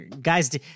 Guys